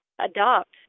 adopt